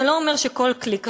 זה לא אומר שכל כלי כשר.